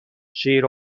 شیر